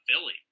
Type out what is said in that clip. Philly